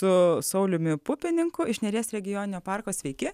su sauliumi pupininku iš neries regioninio parko sveiki